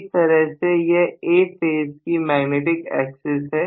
एक तरह से यह A फेज की मैग्नेटिक एक्सेस है